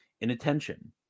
inattention